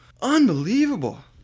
Unbelievable